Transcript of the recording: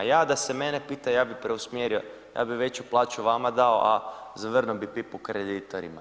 Ja da se mene pita, ja bih preusmjerio, ja bih veću plaću vama dao, a zavrnuo bi pipu kreditorima.